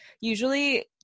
usually